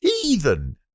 heathen